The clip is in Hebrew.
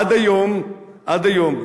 עד היום, עד היום,